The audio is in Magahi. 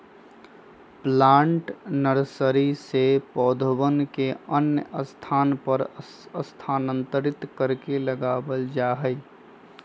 प्लांट नर्सरी से पौधवन के अन्य स्थान पर स्थानांतरित करके लगावल जाहई